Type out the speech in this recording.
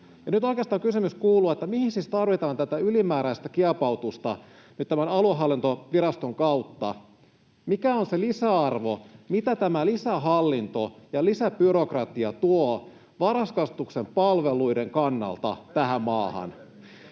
nyt oikeastaan kysymys kuuluu, että mihin siis tarvitaan tätä ylimääräistä kiepautusta nyt tämän aluehallintoviraston kautta. Mikä on se lisäarvo, mitä tämä lisähallinto ja lisäbyrokratia tuovat varhaiskasvatuksen palveluiden kannalta tähän maahan?